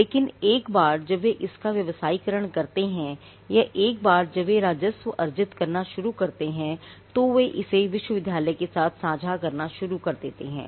लेकिन एक बार जब वे इसका व्यवसायीकरण करते हैं या एक बार जब वे राजस्व अर्जित करना शुरू करते हैं तो वे इसे विश्वविद्यालय के साथ साझा करना शुरू कर देते हैं